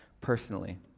personally